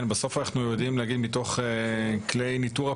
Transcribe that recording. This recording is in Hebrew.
בסוף אנחנו יודעים להגיד מתוך כלי ניתור אפליקטיבי,